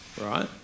right